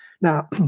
Now